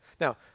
Now